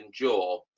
endure